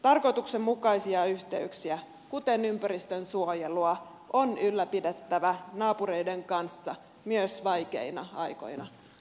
tarkoituksenmukaisia yhteyksiä kuten ympäristönsuojelua on ylläpidettävä naapureiden kanssa myös vaikeina aikoina